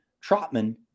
Trotman